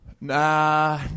Nah